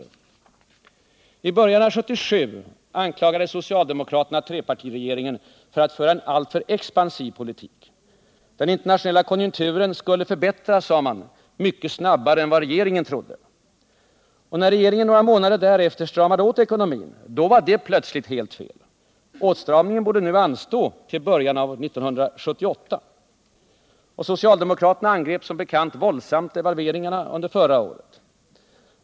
I början av 1977 anklagade socialdemokraterna trepartiregeringen för att föra en alltför expansiv politik. Den internationella konjunkturen skulle förbättras mycket snabbare än vad regeringen trodde — påstod de. När regeringen några månader senare stramade åt ekonomin, var detta plötsligt helt fel. Åtstramningen borde anstå till början av 1978 — hette det då. Socialdemokraterna angrep som bekant våldsamt devalveringsåtgärderna under förra året.